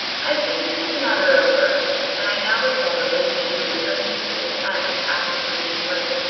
i have been thinking the matter over and i now recall that ling chu was unusually silent after he had seen lyne.